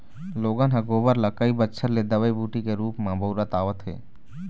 लोगन ह गोबर ल कई बच्छर ले दवई बूटी के रुप म बउरत आवत हे